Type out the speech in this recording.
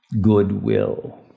goodwill